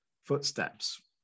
footsteps